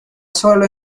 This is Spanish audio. sólo